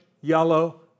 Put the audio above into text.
yellow